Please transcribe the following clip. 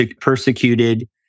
persecuted